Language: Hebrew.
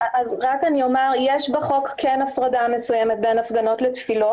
יש בחוק הפרדה מסוימת בין הפגנות לתפילות.